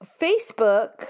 Facebook